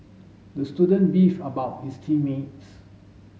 the student beefed about his team mates